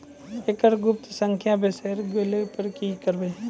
एकरऽ गुप्त संख्या बिसैर गेला पर की करवै?